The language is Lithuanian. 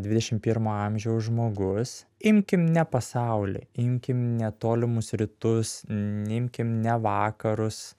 dvidešim pirmo amžiaus žmogus imkim ne pasaulį imkim ne tolimus rytus neimkim ne vakarus